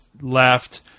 left